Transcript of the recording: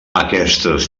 aquestes